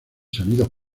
sonidos